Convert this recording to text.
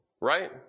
right